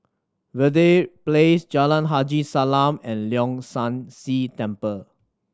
Verde Place Jalan Haji Salam and Leong San See Temple